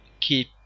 keep